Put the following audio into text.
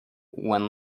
when